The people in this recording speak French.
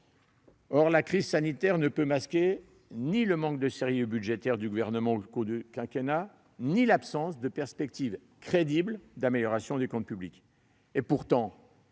La crise sanitaire ne peut masquer ni le manque de sérieux budgétaire du Gouvernement au cours du quinquennat ni l'absence de perspectives crédibles d'amélioration des comptes publics.